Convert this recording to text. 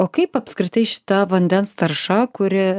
o kaip apskritai šita vandens tarša kuri